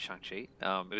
Shang-Chi